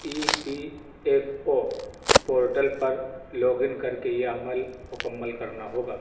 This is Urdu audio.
ای پی ایف او پورٹل پر لاگ ان کر کے یہ عمل مکمل کرنا ہوگا